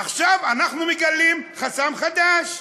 עכשיו אנחנו מגלים חסם חדש,